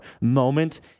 moment